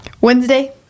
wednesday